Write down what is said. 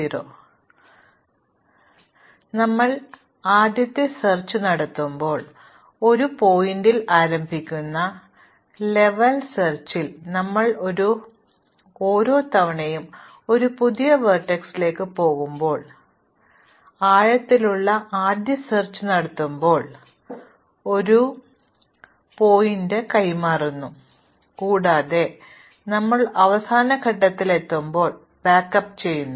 ഇപ്പോൾ ഞങ്ങൾ ആദ്യത്തെ തിരയൽ നടത്തുമ്പോൾ ഒരു ശീർഷകത്തിൽ ആരംഭിക്കുന്ന ലെവൽ പര്യവേക്ഷണങ്ങളാൽ ഞങ്ങൾ ഒരു ലെവൽ ചെയ്യുന്നു ഓരോ തവണയും ഞങ്ങൾ ഒരു പുതിയ വെർടെക്സിലേക്ക് പോകുമ്പോൾ ആഴത്തിലുള്ള ആദ്യ തിരയൽ നടത്തുമ്പോൾ ഞങ്ങൾ പര്യവേക്ഷണം ആ ശീർഷകത്തിലേക്ക് മാറുന്നു കൂടാതെ ഞങ്ങൾ ഒരു അന്തിമഘട്ടത്തിലെത്തുമ്പോഴെല്ലാം ഞങ്ങൾ ബാക്കപ്പ് ചെയ്യുന്നു